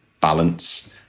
balance